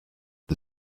the